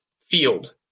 field